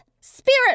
Spirit